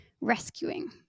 rescuing